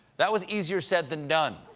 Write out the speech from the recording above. that was easier said than done.